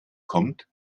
kommt